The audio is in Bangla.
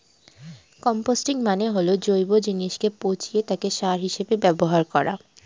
কম্পস্টিং করা মানে হল যখন জৈব জিনিসকে পচিয়ে তাকে সার হিসেবে ব্যবহার করা